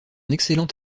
excellent